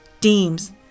deems